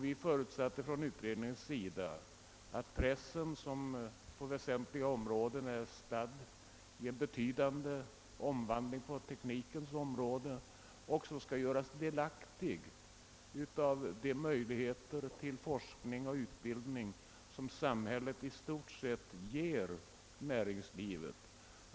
Vi förutsatte inom utredningen att pressen, som på väsentliga områden är stadd i en betydande omvandling i tekniskt avseende, också skall göras delaktig av de möjligheter till forskning och utbildning som samhället i stort sett ger näringslivet.